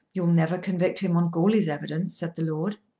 you'll never convict him on goarly's evidence, said the lord.